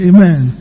Amen